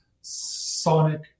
sonic